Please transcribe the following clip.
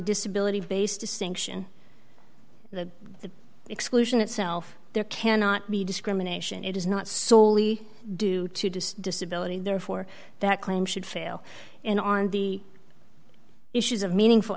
disability based distinction to the exclusion itself there cannot be discrimination it is not solely due to to disability therefore that claim should fail and on the issues of meaningful